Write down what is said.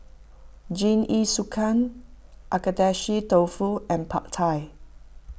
Jingisukan Agedashi Dofu and Pad Thai